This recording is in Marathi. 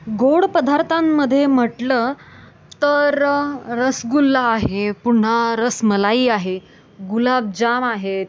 गोड पदार्थांमध्ये म्हटलं तरं रसगुल्ला आहे पुन्हा रसमलाई आहे गुलाबजाम आहेत